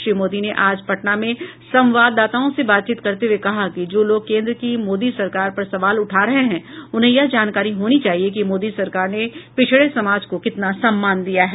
श्री मोदी ने आज पटना में संवाददाताओं से बातचीत करते हुए कहा कि जो लोग केन्द्र की मोदी सरकार पर सवाल उठा रहे हैं उन्हें यह जानकारी होनी चाहिए कि मोदी सरकार ने पिछड़े समाज को कितना सम्मान दिया है